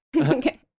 Okay